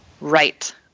Right